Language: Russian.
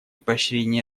поощрения